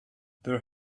there